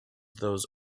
those